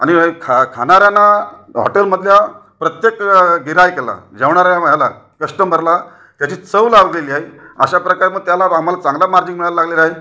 आणि ख खाणाऱ्यांना हॉटेलमधल्या प्रत्येक गिऱ्हाईकाला जेवणाऱ्या ह्याला कस्टंबरला त्याची चव लावलेली आहे अशा प्रकारे मग त्याला आम्हाला चांगला मार्जिन मिळायला लागलेला आहे